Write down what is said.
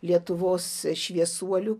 lietuvos šviesuolių